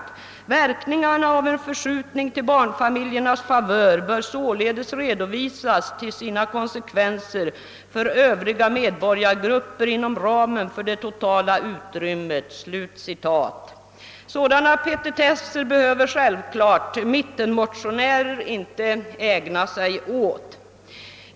Det sägs vidare i direktiven: »Verkningarna av en förskjutning till barnfamiljernas favör bör således redovisas till sina konsekvenser för övriga medborgargrupper inom ramen för det totala utrymmet.» Sådana petitesser behöver självfallet mittenmotionärer inte ägna sig åt.